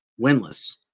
winless